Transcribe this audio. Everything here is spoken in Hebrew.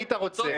היית רוצה.